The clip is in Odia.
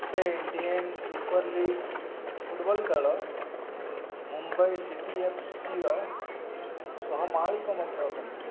ସେ ଇଣ୍ଡିଆନ୍ ସୁପର ଲିଗ୍ ଫୁଟବଲ୍ ଦଳ ମୁମ୍ବାଇ ସିଟିଏଫସିର ସହ ମାଲିକ ମଧ୍ୟ ଅଟନ୍ତି